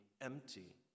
empty